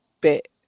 bit